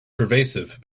pervasive